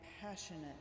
passionate